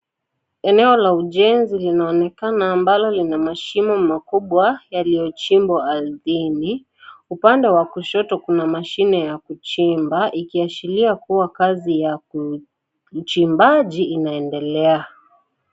Eneo la ujenzi linaonekana ambalo lina mashimo makubwa yaliyochimbwa ardhini. Upande wa kushoto kuna mashine ya kuchimba, ikiashiria kuwa kazi ya uchimbaji inaendelea.